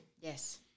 Yes